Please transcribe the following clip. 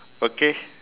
okay